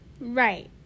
Right